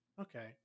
Okay